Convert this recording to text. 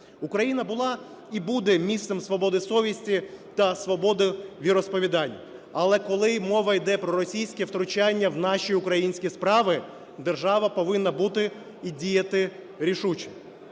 Україна була і буде місцем свободи совісті та свободи віросповідання. Але, коли мова йде про російське втручання в наші українські справи, держава повинна бути і діяти рішуче.